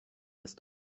ist